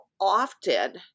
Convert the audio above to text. often